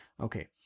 Okay